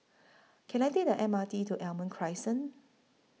Can I Take The M R T to Almond Crescent